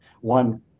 one